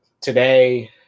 today